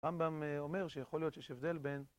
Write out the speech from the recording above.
רמב״ם אומר שיכול להיות שיש הבדל בין